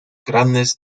grandes